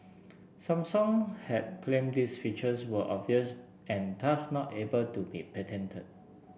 Samsung had claimed these features were obvious and thus not able to be patented